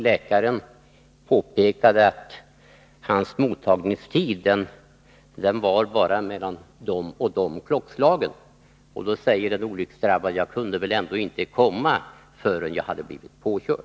Läkaren påpekade att hans mottagningstid bara var mellan vissa klockslag. Då sade den olycksdrabbade: Jag kunde väl ändå inte komma förrän jag hade blivit påkörd!